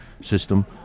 system